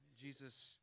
Jesus